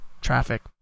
traffic